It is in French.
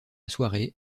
soirée